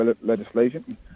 legislation